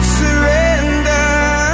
surrender